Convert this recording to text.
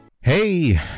Hey